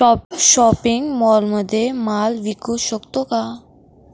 Shopping मॉलमध्ये माल विकू शकतो का?